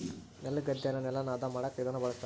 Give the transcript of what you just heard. ನೆಲಗದ್ದೆಗ ನೆಲನ ಹದ ಮಾಡಕ ಇದನ್ನ ಬಳಸ್ತಾರ